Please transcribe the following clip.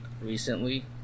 recently